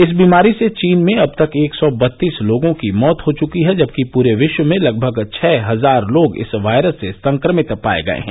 इस बीमारी से चीन में अब तक एक सौ बत्तीस लोगों की मौत हो चुकी है जबकि पूरे विश्व में लगभग छह हजार लोग इस वायरस से संक्रमित पाए गए हैं